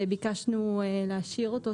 וביקשנו להשאיר אותו,